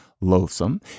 loathsome